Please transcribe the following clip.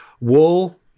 Wool